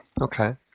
Okay